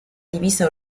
divisa